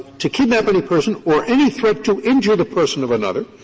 to kidnap any person or any threat to injure the person of another.